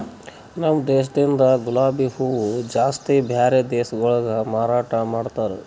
ನಮ ದೇಶದಿಂದ್ ಗುಲಾಬಿ ಹೂವ ಜಾಸ್ತಿ ಬ್ಯಾರೆ ದೇಶಗೊಳಿಗೆ ಮಾರಾಟ ಮಾಡ್ತಾರ್